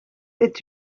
est